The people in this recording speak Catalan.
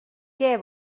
què